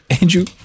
Andrew